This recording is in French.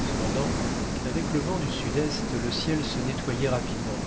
cependant avec le vent du sud-est le ciel se nettoyait rapidement